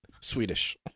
swedish